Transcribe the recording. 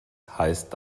heißt